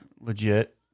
legit